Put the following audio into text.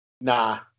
Nah